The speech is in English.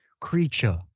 creature